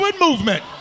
movement